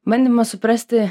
bandymas suprasti